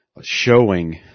showing